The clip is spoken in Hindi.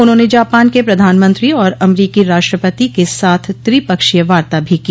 उन्होंने जापान के प्रधानमंत्री और अमरीकी राष्ट्रपति के साथ त्रिपक्षीय वार्ता भी की